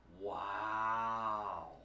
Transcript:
Wow